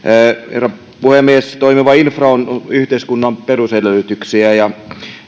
herra puhemies toimiva infra on yhteiskunnan perusedellytyksiä ja